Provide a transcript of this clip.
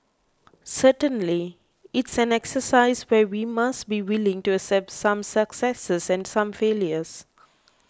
certainly it's an exercise where we must be willing to accept some successes and some failures